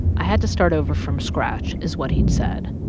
i had to start over from scratch is what he'd said.